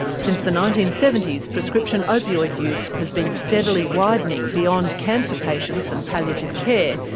since the nineteen seventy s, prescription opioid use has been steadily widening beyond cancer patients and palliative care,